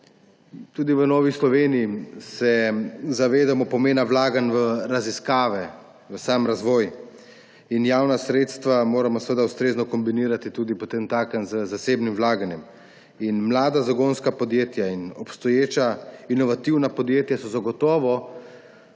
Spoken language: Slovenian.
Tudi v Novi Sloveniji se zavedamo pomena vlaganj v raziskave, v sam razvoj. Javna sredstva moramo seveda potemtakem ustrezno kombinirati tudi z zasebnim vlaganjem. Mlada zagonska podjetja in obstoječa inovativna podjetja so zagotovo